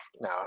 no